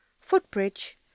footbridge